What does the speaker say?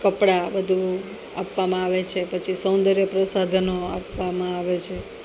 કપડાં બધું આપવામાં આવે છે પછી સૌંદર્ય પ્રસાધનો આપવામાં આવે છે